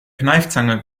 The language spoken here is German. kneifzange